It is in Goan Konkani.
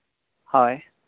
हय